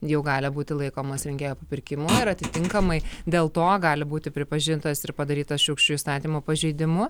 jau gali būti laikomas rinkėjų papirkimu ir atitinkamai dėl to gali būti pripažintas ir padarytas šiurkščiu įstatymo pažeidimu